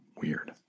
Weird